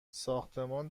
ساختمان